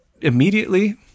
immediately